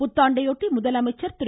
புத்தாண்டையொட்டி முதலமைச்சர் திரு